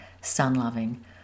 sun-loving